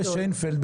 גם בשיינפלד,